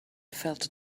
felt